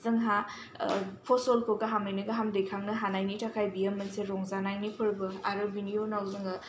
जोंहा फसल खौ गाहामैनो गाहाम दैखांनो हानायनि थाखाय बियो मोनसे रंजानायनि फोरबो आरो बिनि उनाव जोङो